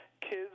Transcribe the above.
Kids